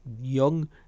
Young